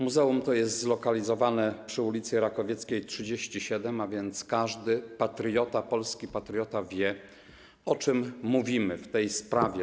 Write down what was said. Muzeum to jest zlokalizowane przy ul. Rakowieckiej 37, a więc każdy polski patriota wie, o czym mówimy w tej sprawie.